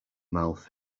mouth